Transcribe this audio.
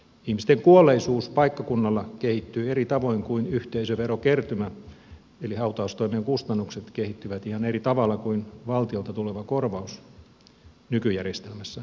ihmisten kuolleisuus paikkakunnalla kehittyy eri tavoin kuin yhteisöverokertymä eli hautaustoimen kustannukset kehittyvät ihan eri tavalla kuin valtiolta tuleva korvaus nykyjärjestelmässä